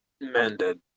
mended